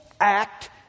act